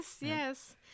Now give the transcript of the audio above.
yes